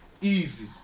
Easy